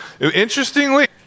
Interestingly